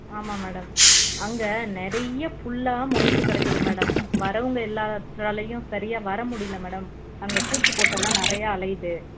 ஆமாம் மேடம் அங்கே நிறைய புல் மொளைச்சு கிடக்குது மேடம் வரவங்க எல்லாத்தாலையும் சரியாக வர முடியல மேடம் அங்கே பூச்சி பொட்டெல்லாம் நிறையா அலையுது